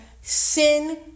sin